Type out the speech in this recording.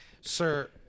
sir